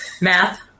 math